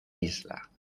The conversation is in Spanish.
isla